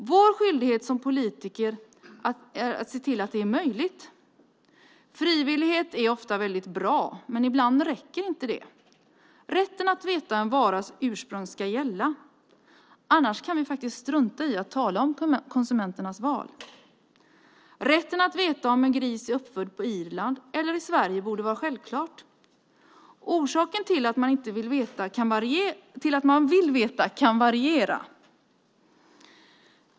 Vår skyldighet som politiker är att se till att det är möjligt. Frivillighet är ofta väldigt bra, men ibland räcker inte det. Rätten att veta en varas ursprung ska gälla. Annars kan vi faktiskt strunta i att tala om konsumenternas val. Rätten att veta om en gris är uppfödd på Irland eller i Sverige borde vara självklar. Orsaken till att man vill veta kan variera.